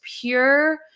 pure